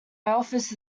office